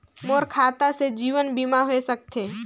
मोर खाता से जीवन बीमा होए सकथे?